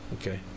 okay